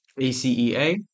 ACEA